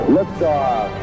Liftoff